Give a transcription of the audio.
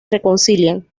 reconcilian